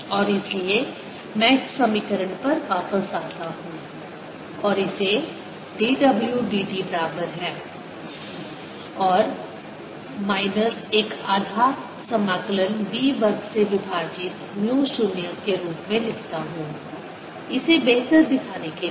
और इसलिए मैं इस समीकरण पर वापस आता हूं और इसे dw dt बराबर है माइनस एक आधा समाकलन B वर्ग से विभाजित म्यू 0 के रूप में लिखता हूं इसे बेहतर दिखाने के लिए